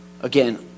again